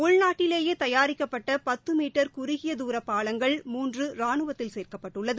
உள்நாட்டிலேயே தயாரிக்கப்பட்ட பத்து மீட்டர் குறுகியதுர பாலங்கள் மூன்று ராணுவத்தில் சேர்க்கப்பட்டுள்ளது